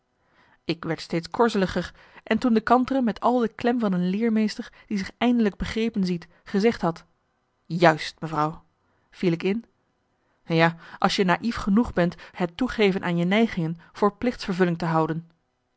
ik werd steeds korzeliger en toen de kantere met al de klem van een leermeester die zich eindelijk begrepen ziet gezegd had juist mevrouw viel ik in ja als je naïef genoeg bent het toegeven aan je neigingen voor plichtsvervulling te houden